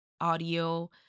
audio